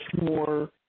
more